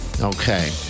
okay